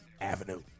Avenue